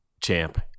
champ